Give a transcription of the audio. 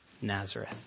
Nazareth